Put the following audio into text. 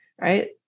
Right